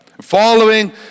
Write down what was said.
Following